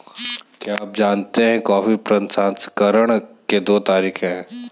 क्या आप जानते है कॉफी प्रसंस्करण के दो तरीके है?